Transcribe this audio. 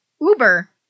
Uber